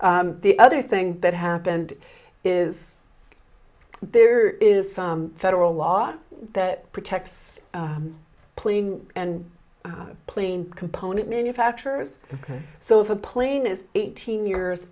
of the other thing that happened is there is some federal law that protects playing and plane component manufacturers ok so if a plane is eighteen years